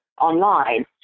online